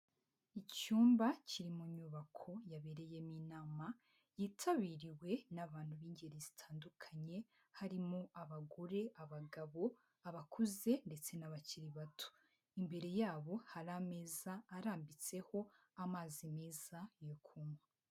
Icyumba kiri mu inyubako yabereyemo inama yitabiriwe n'abantu b'ingeri zitandukanye harimo; abagore, abagabo, abakuze, ndetse n'abakiri bato, imbere yabo hari ameza arambitseho amazi meza yo kunywa.